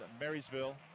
marysville